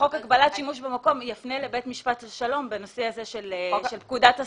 חוק הגבלת שימוש במקום יפנה לבית משפט השלום בנושא הזה של פקודת הסמים.